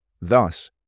Thus